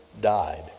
died